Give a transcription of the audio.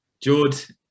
George